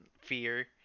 fear